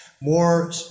More